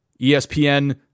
ESPN